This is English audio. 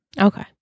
okay